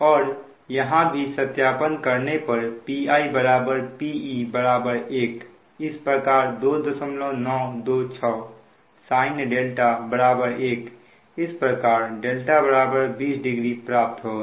और यहां भी सत्यापन करने पर PiPe1 इस प्रकार 2926 sin 1 इस प्रकार δ 200 प्राप्त होगा